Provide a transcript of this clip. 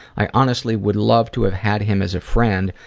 i honestly would love to have had him as a friend,